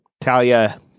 Talia